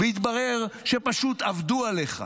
והתברר שפשוט עבדו עליך.